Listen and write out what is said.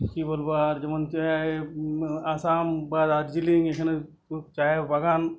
কী বলব আর যেমন যে এই আসাম বা দার্জিলিং এখানে চায়ের বাগান